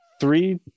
three